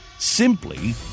simply